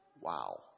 Wow